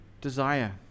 desire